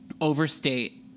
overstate